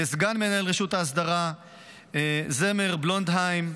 לסגן מנהל רשות האסדרה זמר בלונדהיים,